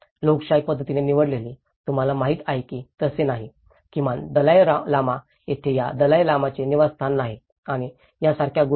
लोकशाही पद्धतीने निवडलेले तुम्हाला माहिती आहे की तसे नाही किमान दलाई लामा येथे या दलाई लामाचे निवासस्थान नाही आणि यासारख्या गोष्टी